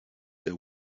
they